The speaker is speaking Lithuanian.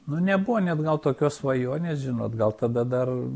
nu nebuvo net gal tokios svajonės žinot gal tada dar